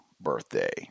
birthday